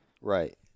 Right